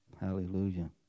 Hallelujah